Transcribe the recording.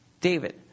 David